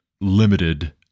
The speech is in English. limited